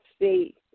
see